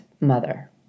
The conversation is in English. mother